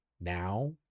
now